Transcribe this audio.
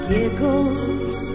Giggles